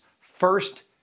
first